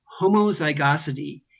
homozygosity